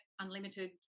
unlimited